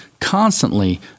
constantly